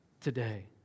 today